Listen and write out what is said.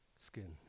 skin